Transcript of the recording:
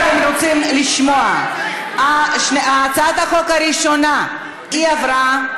אם אתם רוצים לשמוע: הצעת החוק הראשונה עברה,